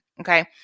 okay